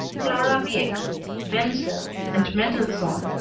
clara wieck, wenzel and mendelssohn.